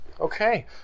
Okay